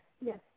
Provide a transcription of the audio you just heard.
yes